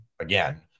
again